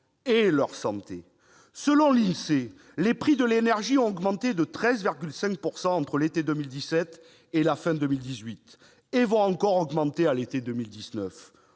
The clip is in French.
et la santé. Selon l'Insee, les prix de l'énergie ont augmenté de 13,5 % entre l'été 2017 et la fin de 2018 et vont encore augmenter à l'été 2019.